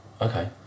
Okay